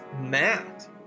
Matt